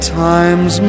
times